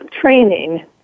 training